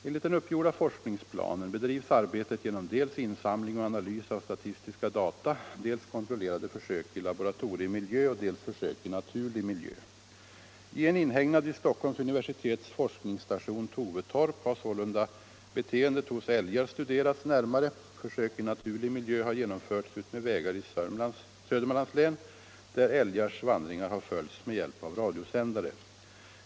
Enligt den uppgjorda forskningsplanen bedrivs arbetet genom dels insamling och analys av statistiska data, dels kontrollerade försök i laboratoriemiljö och dels försök i naturlig miljö. I en inhägnad vid Stockholms universitets forskningsstation Tovetorp har sålunda beteendet hos älgar studerats närmare. Försök i naturlig miljö har genomförts utmed vägar i Södermanlands län, där älgars vandringar har följts med hjälp av radiosändare.